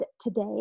today